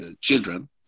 children